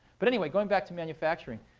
but anyway going back to manufacturing,